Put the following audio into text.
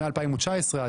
מ-2019,